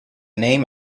name